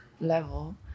level